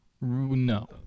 No